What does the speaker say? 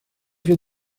gen